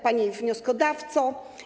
Pani Wnioskodawco!